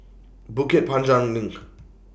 Bukit Panjang LINK